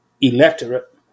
electorate